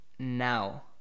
now